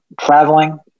traveling